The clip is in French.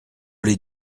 les